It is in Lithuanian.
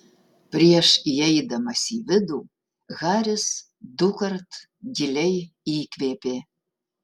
prieš įeidamas į vidų haris dukart giliai įkvėpė